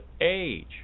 age